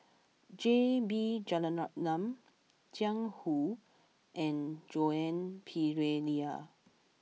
J B Jeyaretnam Jiang Hu and Joan Pereira